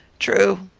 true,